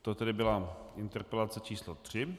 To tedy byla interpelace číslo 3.